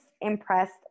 impressed